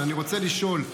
אבל אני רוצה לשאול: